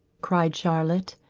cried charlotte,